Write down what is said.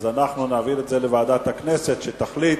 אנחנו נעביר את זה לוועדת הכנסת, שתחליט